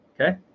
Okay